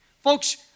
Folks